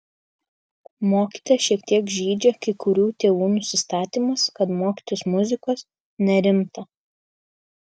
mokytoją šiek tiek žeidžia kai kurių tėvų nusistatymas kad mokytis muzikos nerimta